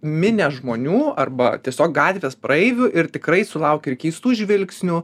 minią žmonių arba tiesiog gatvės praeivių ir tikrai sulauki ir keistų žvilgsnių